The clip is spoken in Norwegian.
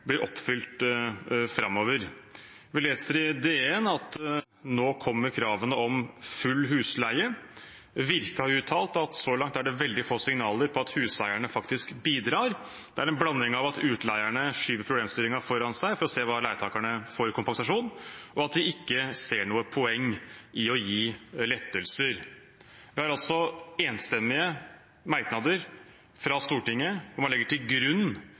Virke har uttalt at så langt er det veldig få signaler om at huseierne faktisk bidrar. Det er en blanding av at utleierne skyver problemstillingen foran seg for å se hva leietakerne får i kompensasjon, og at de ikke ser noe poeng i å gi lettelser. Det er altså enstemmige merknader fra Stortinget om at man legger til grunn